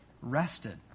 rested